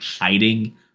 hiding